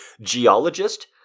geologist